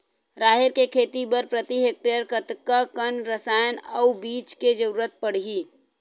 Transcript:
राहेर के खेती बर प्रति हेक्टेयर कतका कन रसायन अउ बीज के जरूरत पड़ही?